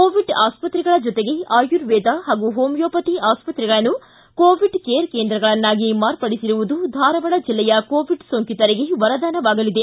Covid ಆಸ್ತ್ರೆಗಳ ಜೊತೆಗೆ ಅಯುರ್ವೇದ ಹಾಗೂ ಹೋಮಿಯೋಪತಿ ಆಸ್ತ್ರೆಗಳನ್ನು ಕೋವಿಡ್ ಕೇರ್ ಕೇಂದ್ರಗಳನ್ನಾಗಿ ಮಾರ್ಪಡಿಸಿರುವುದು ಧಾರವಾಡ ಜಿಲ್ಲೆಯ ಕೋವಿಡ್ ಸೋಂಕಿತರಿಗೆ ವರದಾನವಾಗಲಿದೆ